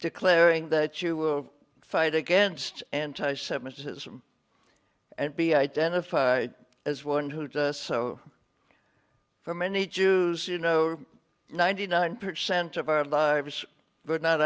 declaring that you will fight against anti semitism and be identified as one who does so for many jews you know ninety nine percent of our lives but not